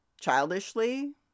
childishly